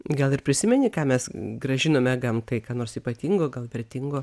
gal ir prisimeni ką mes grąžinome gamtai ką nors ypatingo gal vertingo